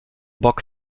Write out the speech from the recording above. bock